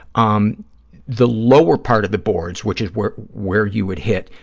um the lower part of the boards, which is where where you would hit,